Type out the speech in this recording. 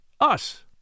Us